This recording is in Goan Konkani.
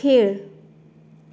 खेळ